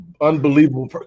unbelievable